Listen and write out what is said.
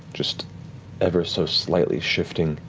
just ever so slightly shifting,